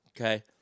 Okay